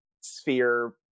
sphere